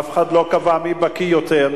אף אחד לא קבע מי בקי יותר.